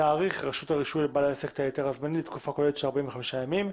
תאריך רשות הרישוי לבעל העסק את ההיתר הזמני לתקופה כוללת של 45 ימים.